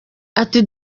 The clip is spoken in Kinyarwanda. ati